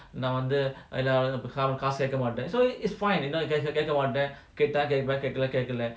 நான்வந்துகாசுகேக்கமாட்டேன்:nan vandhu kaasu keka maten so it's fine you know கேக்கமாட்டேன்கேட்டகேட்பேன்இல்லனாகேட்கல:ketka maten keta ketpen illana ketkala